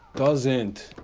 doesn't!